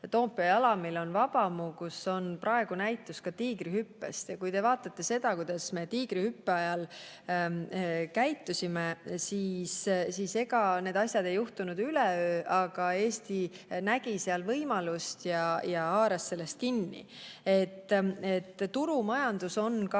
Toompea jalamil Vabamus, kus on praegu näitus tiigrihüppest. Kui te vaatate seda, kuidas me tiigrihüppe ajal käitusime, siis ega need asjad ei juhtunud üleöö, aga Eesti nägi seal võimalust ja haaras sellest kinni. Turumajandus on